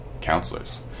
counselors